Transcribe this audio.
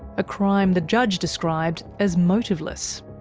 a crime the judge described as motiveless.